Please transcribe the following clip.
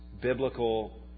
biblical